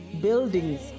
buildings